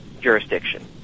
jurisdiction